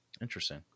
Interesting